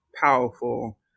powerful